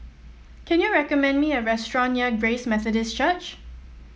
can you recommend me a restaurant near Grace Methodist Church